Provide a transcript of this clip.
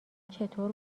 چطور